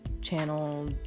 channel